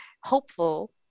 hopeful